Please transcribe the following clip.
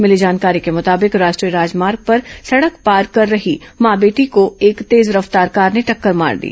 मिली जानकारी के मुताबिक राष्ट्रीय राजमार्ग पर सड़क पार कर रही मां बेटी को एक तेज रफ्तार कार ने टक्कर मार दी